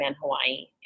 Hawaii